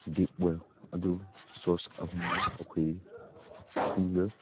deep well ꯑꯗꯨ source ꯑꯍꯨꯝꯅ ꯑꯩꯈꯣꯏ ꯈꯨꯟꯗ